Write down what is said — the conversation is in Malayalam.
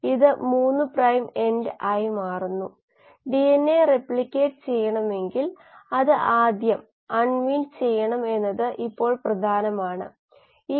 ഇത് ഒരുപക്ഷേ 10 ശതമാനത്തിൽ താഴെയാകാം നല്ല ഗാഢത സാഹചര്യങ്ങളിൽപ്പോലും ഇത് മൊത്തം വ്യാപ്തത്തിന്റെ 10 മുതൽ 20 ശതമാനം വരെ ആയിരിക്കും